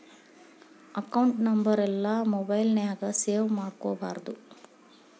account ನಂಬರೆಲ್ಲಾ mobile ನ್ಯಾಗ save ಮಾಡ್ಕೊಬಾರ್ದು